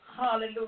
Hallelujah